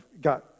got